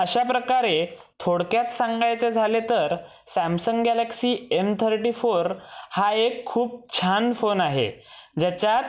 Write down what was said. अशा प्रकारे थोडक्यात सांगायचं झाले तर Samsung Galaxy M thirty four हा एक खूप छान फोन आहे ज्याच्यात